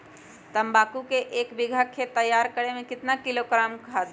तम्बाकू के एक बीघा खेत तैयार करें मे कितना किलोग्राम खाद दे?